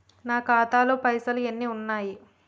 నా ఖాతాలో పైసలు ఎన్ని ఉన్నాయి?